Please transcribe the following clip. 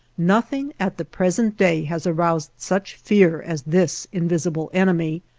nothing at the present day has aroused such fear as this invisible enemy,